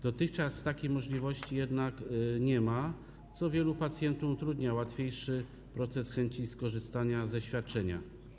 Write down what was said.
Dotychczas takiej możliwości jednak nie ma, co wielu pacjentom utrudnia cały proces mimo chęci skorzystania ze świadczenia.